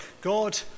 God